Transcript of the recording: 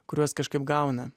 kuriuos kažkaip gauna